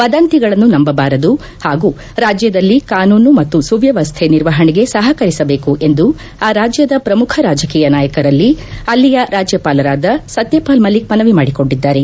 ವದಂತಿಗಳನ್ನು ನಂಬಬಾರದು ಹಾಗೂ ರಾಜ್ಲದಲ್ಲಿ ಕಾನೂನು ಮತ್ತು ಸುವ್ಲವಸ್ಥೆ ನಿರ್ವಹಣೆಗೆ ಸಹಕರಿಸಬೇಕು ಎಂದು ಆ ರಾಜ್ಲದ ಶ್ರಮುಖ ರಾಜಕೀಯ ನಾಯಕರಲ್ಲಿ ಅಲ್ಲಿಯ ರಾಜ್ಯಪಾಲರಾದ ಸತ್ತಪಾಲ್ ಮಲ್ಲಿಕ್ ಮನವಿ ಮಾಡಿಕೊಂಡಿದ್ದಾರೆ